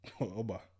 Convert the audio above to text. Oba